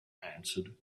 answered